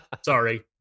Sorry